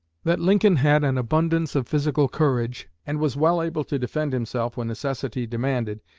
that lincoln had an abundance of physical courage, and was well able to defend himself when necessity demanded,